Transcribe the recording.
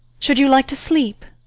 should you like to sleep?